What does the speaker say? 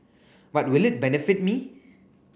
but will it benefit me